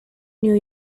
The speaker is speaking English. new